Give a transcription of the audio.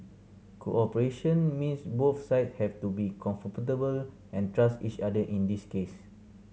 cooperation means both sides have to be comfortable and trust each other in this case